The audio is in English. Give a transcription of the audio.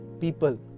people